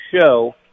show